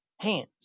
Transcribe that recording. hands